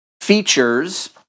features